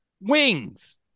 Wings